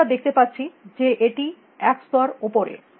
এবার আমরা দেখতে পারছি যে এটি এক স্তর উপরে